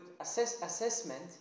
assessment